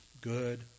good